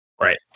right